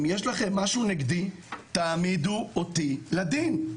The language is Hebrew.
אם יש לכם משהו נגדי תעמידו אותי לדין,